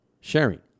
sharing